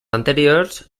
anteriors